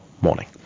morning